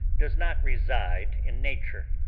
does not reside in nature,